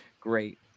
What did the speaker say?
great